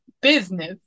business